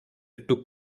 took